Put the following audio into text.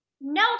No